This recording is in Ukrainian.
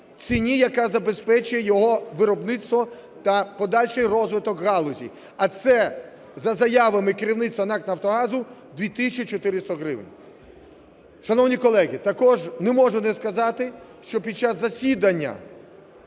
яка забезпечує його виробництво та подальший розвиток галузі, а це, за заяви керівництва НАК "Нафтогазу", 2 тисячі 400 гривень. Шановні колеги, також не можу не сказати, що під час засідання